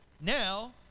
Now